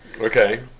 okay